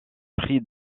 prix